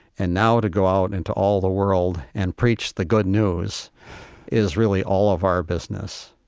and now to go out into all the world and preach the good news is really all of our business.